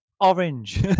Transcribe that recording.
orange